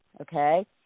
okay